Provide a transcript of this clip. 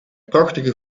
prachtige